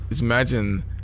imagine